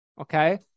okay